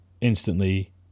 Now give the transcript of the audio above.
instantly